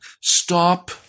stop